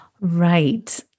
Right